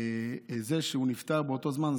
שזה שהוא נפטר באותו זמן,